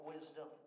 wisdom